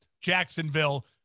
Jacksonville